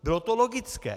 Bylo to logické.